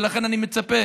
ולכן, אני מצפה